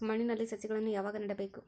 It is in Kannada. ಮಣ್ಣಿನಲ್ಲಿ ಸಸಿಗಳನ್ನು ಯಾವಾಗ ನೆಡಬೇಕು?